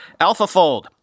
AlphaFold